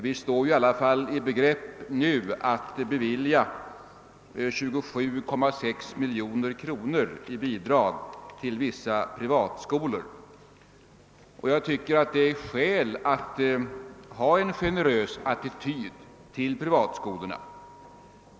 Vi står i alla fall i begrepp att bevilja 27,6 miljoner kronor i bidrag till vissa privatskolor, och jag tycker det finns skäl att ha en generös attityd till dem.